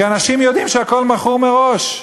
כי אנשים יודעים שהכול מכור מראש.